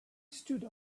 stood